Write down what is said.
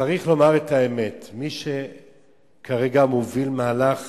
צריך לומר את האמת: מי שכרגע מוביל מהלך